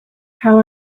how